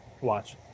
Watch